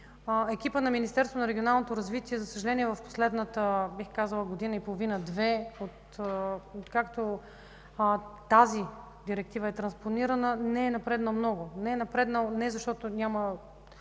Екипът на Министерството на регионалното развитие и благоустройство, за съжаление в последната бих казала година и половина две, откакто тази директива е транспонирана, не е напреднал много. Не е напреднал, не защото няма